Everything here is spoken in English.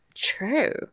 True